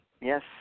Yes